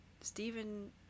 Stephen